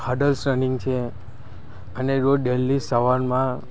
hurdles running છે અને રોજ ડેલી સવારમાં